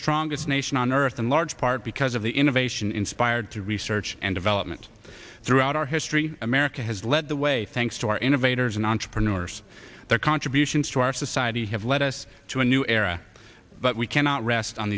strongest nation on earth in large part because of the innovation inspired to research and development throughout our history america has led the way thanks to our innovators and entrepreneurs their contributions to our society have led us to a new era but we cannot rest on